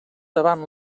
davant